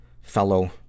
fellow